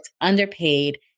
underpaid